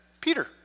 Peter